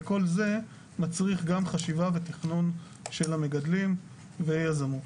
וכל זה מצריך גם חשיבה ותכנון של המגדלים ויזמות.